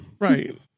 right